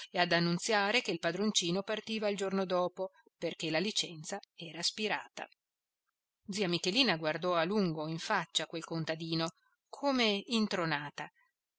e ad annunziare che il padroncino partiva il giorno dopo perché la licenza era spirata zia michelina guardò a lungo in faccia quel contadino come intronata